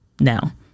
now